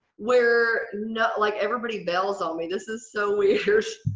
we're not like everybody bells on me. this is so weird